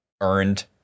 earned